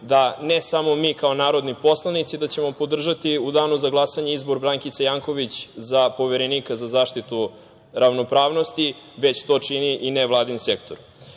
ne samo mi kao narodni poslanici podržati u danu za glasanje izbor Brankice Janković za Poverenika za zaštitu ravnopravnosti, već to čini i nevladin sektor. Zbog